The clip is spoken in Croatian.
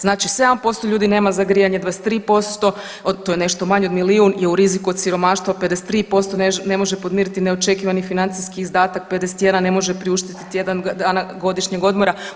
Znači 7% ljudi nema za grijanje, 23% to je nešto manje od milijun je u riziku od siromaštva, 53% ne može podmiriti neočekivani financijski izdatak, 51 ne može priuštiti tjedan dana godišnjeg odmora.